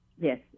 Yes